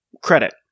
credit